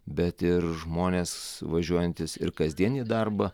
bet ir žmonės važiuojantys ir kasdien į darbą